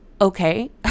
okay